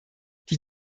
die